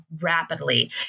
rapidly